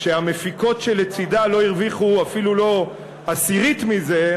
כשהמפיקות לצדה לא הרוויחו אפילו לא עשירית מזה,